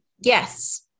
Yes